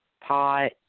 pot